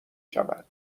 شود